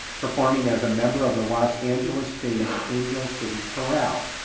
performing as a member of the los angeles bay's angel city corral.